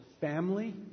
family